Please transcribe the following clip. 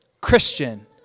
Christian